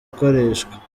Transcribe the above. gukoreshwa